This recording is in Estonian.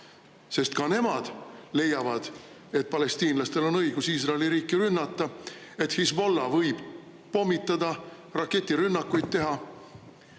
Ka nemad leiavad, et palestiinlastel on õigus Iisraeli riiki rünnata, et Hezbollah võib pommitada ja raketirünnakuid teha,